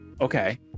okay